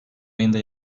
ayında